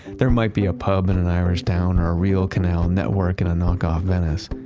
there might be a pub in an irish town, or a real canal network in a knock-off venice.